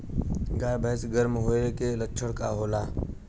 गाय भैंस गर्म होय के लक्षण का होखे?